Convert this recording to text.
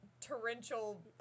torrential